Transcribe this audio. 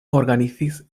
organizis